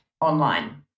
online